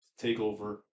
takeover